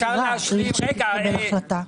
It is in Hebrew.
אני מבקש להשלים את ההסבר.